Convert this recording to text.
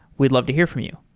we'd love to hear from you.